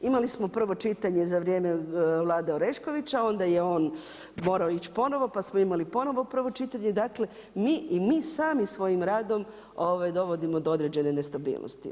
Imali smo prvo čitanje za vrijeme vlade Oreškovića, onda je on morao ići ponovo pa smo imali ponovo prvo čitanje, dakle i mi sami svojim radom dovodimo do određene nestabilnosti.